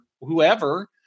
whoever